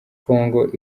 congo